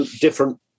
different